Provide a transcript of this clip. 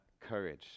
courage